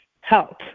health